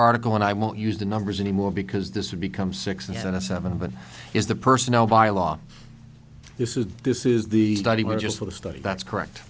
article and i won't use the numbers anymore because this would become six in a seven but is the personnel by law this is this is the study just for the study that's correct